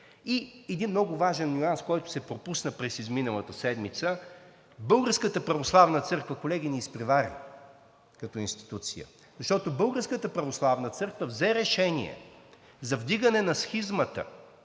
И един много важен нюанс, който се пропусна през изминалата седмица. Българската православна църква, колеги, ни изпревари като институция. Защото Българската православна църква взе решение за вдигане на схизмата